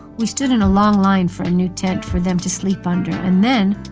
we stood in a long line for a new tent for them to sleep under and then,